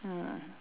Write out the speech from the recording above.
mm